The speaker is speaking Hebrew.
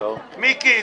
מיקי,